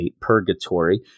Purgatory